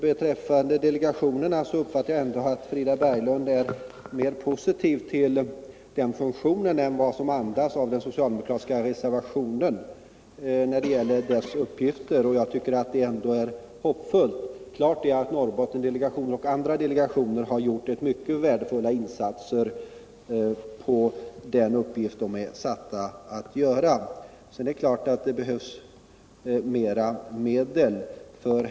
Beträffande delegationerna uppfattade jag Frida Berglund så att hon är mer positiv till den funktionen än vad som framgår av den socialdemokratiska reservationen när det gäller delegationernas uppgifter. Jag tycker att detta ändå är hoppfullt. Klart är att Norrbottendelegationen liksom andra delegationer har gjort mycket värdefulla insatser när det gäller den uppgift de är satta att utföra, men det behövs naturligtvis mera medel.